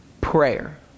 Prayer